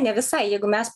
ne visai jeigu mes